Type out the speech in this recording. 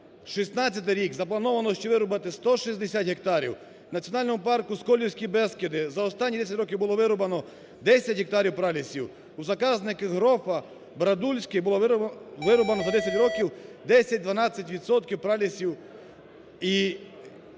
2016 рік. Заплановано ще вирубати 160 гектарів. В Національному парку "Сколівські Бескиди": за останні 10 років було вирубано 10 гектарів пралісів. У заказниках "Грофа", "Брадульський" було вирубано за 10 років 10-12 відсотків